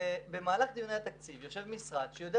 ובמהלך דיוני התקציב יושב משרד שיודע